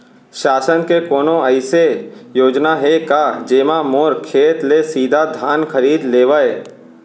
शासन के कोनो अइसे योजना हे का, जेमा मोर खेत ले सीधा धान खरीद लेवय?